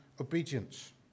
obedience